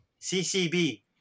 CCB